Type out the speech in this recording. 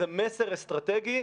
זה מסר אסטרטגי,